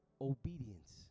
obedience